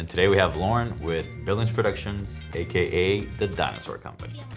ah today we have lauren with billings productions, a k a. the dinosaur company.